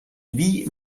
wie